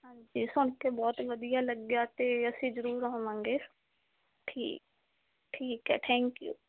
ਹਾਂਜੀ ਸੁਣ ਕੇ ਬਹੁਤ ਵਧੀਆ ਲੱਗਿਆ ਅਤੇ ਅਸੀਂ ਜ਼ਰੂਰ ਹੋਵਾਂਗੇ ਠੀਕ ਠੀਕ ਹੈ ਥੈਂਕ ਯੂ